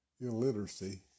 illiteracy